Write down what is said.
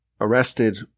arrested